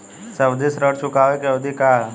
सावधि ऋण चुकावे के अवधि का ह?